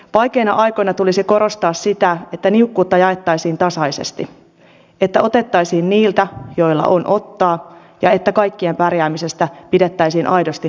vaikeina aikoina tulisi korostaa sitä että niukkuutta jaettaisiin tasaisesti että otettaisiin niiltä joilla on mistä ottaa ja että kaikkien pärjäämisestä pidettäisiin aidosti huolta